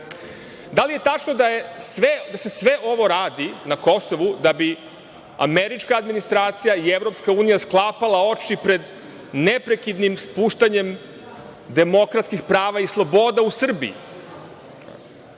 Da li je tačno da se sve ovo radi na Kosovu da bi američka administracija i EU sklapala oči pred neprekidnim spuštanjem demokratskih prava i sloboda u Srbiji?